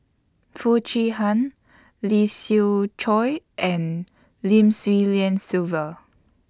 Foo Chee Han Lee Siew Choh and Lim Swee Lian Sylvia